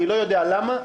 אני לא יודע למה.